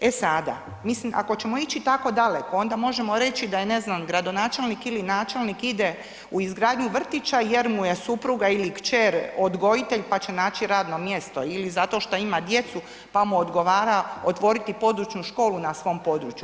E sada, mislim ako ćemo ići tako daleko onda možemo reći da je ne znam gradonačelnik ili načelnik ide u izgradnju vrtića jer mu je supruga ili kćer odgojitelj pa će naći radno mjesto ili zato šta ima djecu pa mu odgovara otvoriti području školu na svom području.